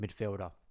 midfielder